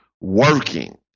working